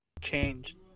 changed